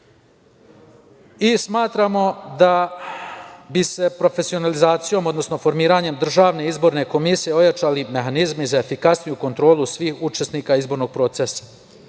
Smatramo da bi se profesionalizacijom, odnosno formiranjem državne izborne komisije, ojačali mehanizmi za efikasniju kontrolu svih učesnika izbornog procesa. Ako